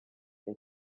the